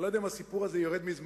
אני לא יודע אם הסיפור הזה ירד מזמני,